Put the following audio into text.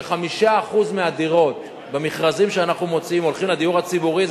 ש-5% מהדירות במכרזים שאנחנו מוציאים הולכים לדיור הציבורי.